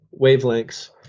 wavelengths